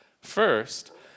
First